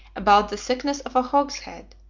about the thickness of a hogshead,